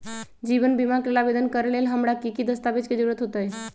जीवन बीमा के लेल आवेदन करे लेल हमरा की की दस्तावेज के जरूरत होतई?